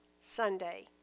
Sunday